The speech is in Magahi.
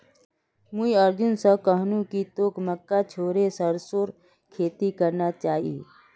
मुई अर्जुन स कहनु कि तोक मक्का छोड़े सरसोर खेती करना चाइ